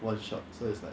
one shot so it's like